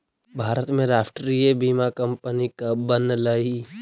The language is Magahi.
भारत में राष्ट्रीय बीमा कंपनी कब बनलइ?